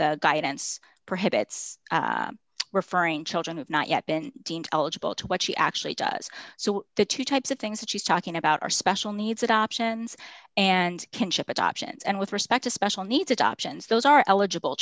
e guidance for hits referring children have not yet been deemed eligible to what she actually does so the two types of things that she's talking about are special needs adoptions and kinship adoptions and with respect to special needs adoptions those are eligible